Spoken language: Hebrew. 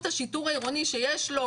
השיטור העירוני שיש לו,